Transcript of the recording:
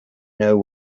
know